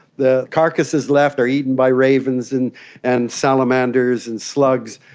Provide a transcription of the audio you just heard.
the carcasses left are eaten by ravens and and salamanders and slugs.